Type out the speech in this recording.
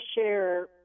share